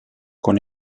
con